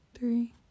three